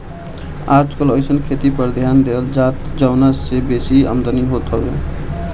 आजकल अइसन खेती पर ध्यान देहल जाता जवना से बेसी आमदनी होखे